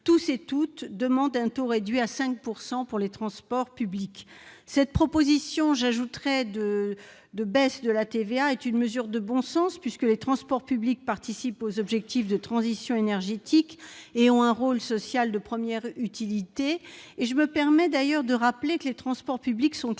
tous et toutes demandent un taux réduit à 5 % pour les transports publics. Cette proposition de baisse de la TVA est une mesure de bon sens, puisque les transports publics participent aux objectifs de transition énergétique et ont un rôle social de première utilité. Je me permets d'ailleurs de rappeler que les transports publics sont classés